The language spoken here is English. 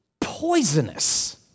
poisonous